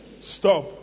Stop